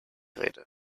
rede